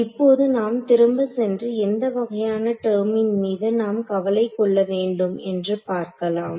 இப்போது நாம் திரும்பச் சென்று எந்த வகையான டெர்மின் மீது நாம் கவலை கொள்ள வேண்டும் என்று பார்க்கலாம்